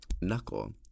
knuckle